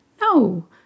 No